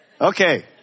Okay